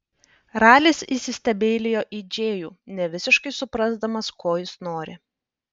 ralis įsistebeilijo į džėjų nevisiškai suprasdamas ko jis nori